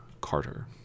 Carter